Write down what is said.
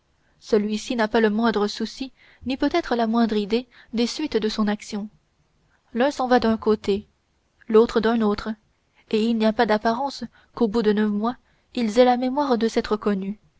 celui-ci n'a pas le moindre souci ni peut-être la moindre idée des suites de son action l'un s'en va d'un côté l'autre d'un autre et il n'y a pas d'apparence qu'au bout de neuf mois ils aient la mémoire de s'être connus